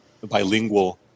bilingual